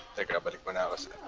the company and